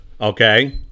okay